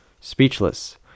speechless